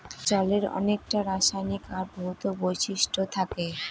জলের অনেককটা রাসায়নিক আর ভৌত বৈশিষ্ট্য থাকে